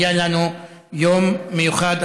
היה לנו יום מיוחד,